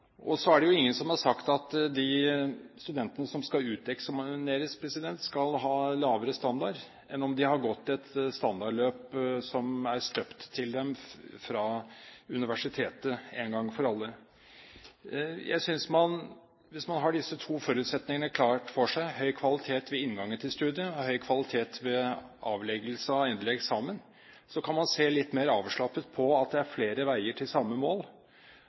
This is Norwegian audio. grunnskole. Så er det ingen som har sagt at de studentene som skal uteksamineres, skal ha lavere standard enn om de hadde gått et standardløp som er støpt til dem fra universitetet en gang for alle. Jeg synes man, hvis man har disse to forutsetningene klart for seg, høy kvalitet ved inngangen til studiet og høy kvalitet ved avleggelse av endelig eksamen, kan se litt mer avslappet på at det er flere veier til samme mål,